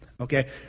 Okay